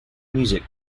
music